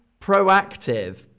proactive